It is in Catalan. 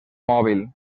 mòbil